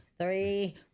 three